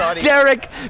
Derek